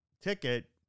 ticket